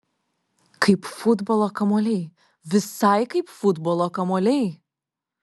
kaip futbolo kamuoliai visai kaip futbolo kamuoliai